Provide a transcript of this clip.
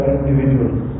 individuals